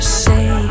say